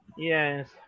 yes